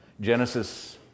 Genesis